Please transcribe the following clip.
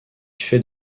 fait